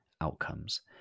outcomes